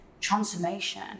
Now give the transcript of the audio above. transformation